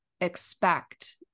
expect